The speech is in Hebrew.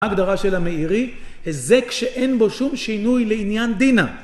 מה ההגדרה של המאירי היזק שאין בו שום שינוי לעניין דינא